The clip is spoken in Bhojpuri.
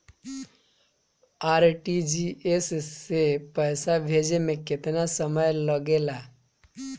आर.टी.जी.एस से पैसा भेजे में केतना समय लगे ला?